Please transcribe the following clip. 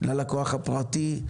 ללקוח הפרטי,